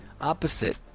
opposite